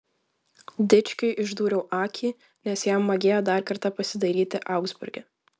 dičkiui išdūriau akį nes jam magėjo dar kartą pasidairyti augsburge